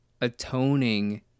atoning